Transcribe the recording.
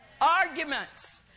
arguments